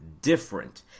different